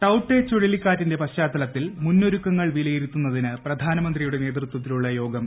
ടൌട്ടെ ചുഴലിക്കാറ്റിന്റെ പശ്ചാത്തലത്തിൽ മുന്നൊരുക്കങ്ങൾ വിലയിരുത്തുന്നതിന് പ്രധാനമന്ത്രിയുടെ നേതൃത്വത്തിലുള്ള യോഗം ഇന്ന്